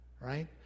right